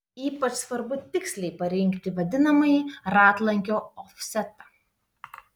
ypač svarbu tiksliai parinkti vadinamąjį ratlankio ofsetą